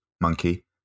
monkey